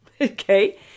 Okay